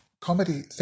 comedy